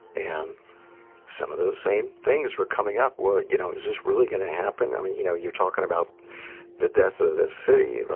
and some of those same things were coming up. well, you know, is this really going to happen? i mean, you know, you're talking about the death of the city. la